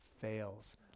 fails